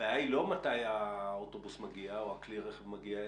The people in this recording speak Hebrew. הבעיה היא לא מתי האוטובוס או כלי הרכב מגיע,